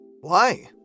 Why